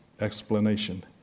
explanation